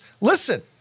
Listen